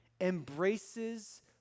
embraces